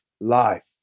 life